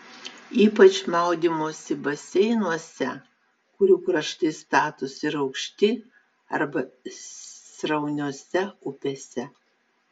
ypač maudymosi baseinuose kurių kraštai statūs ir aukšti arba srauniose upėse